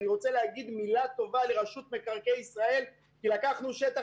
אני רצה להגיד מילה טובה לרמ"י רשות מקרקעי ישראל כי לקחנו שטח,